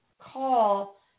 call